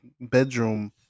bedroom